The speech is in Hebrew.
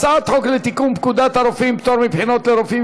הצעת חוק לתיקון פקודת הרופאים (פטור מבחינות לרופאים